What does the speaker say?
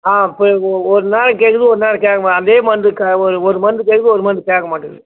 ஆ போயிடுது ஒரு நாள் கேட்குது ஒரு நாள் கேட்க மாட்டுது அதே மருந்து க ஒரு ஒரு மருந்து கேட்குது ஒரு மருந்து கேட்க மாட்டேங்கிது